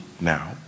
now